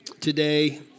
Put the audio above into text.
today